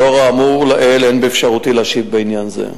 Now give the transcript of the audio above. לאור האמור לעיל, אין באפשרותי להשיב בעניין זה.